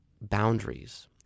boundaries